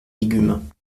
légumes